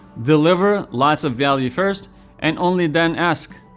deliver lots of value first and only then ask.